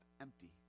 empty